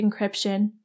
encryption